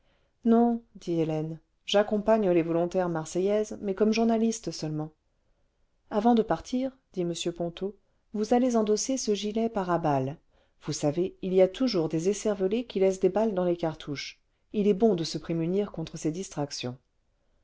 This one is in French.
non dit hélène j'accompagne les volontaires marseillaises mais comme journaliste seulement avant de partir dit m ponto vous allez endosser ce gilet paraballes vous savez il y a toujours des écervelés qui laissent des balles dans les cartouches il est bon de se prémunir contre ces distractions